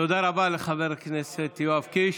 תודה רבה לחבר הכנסת יואב קיש.